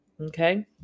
Okay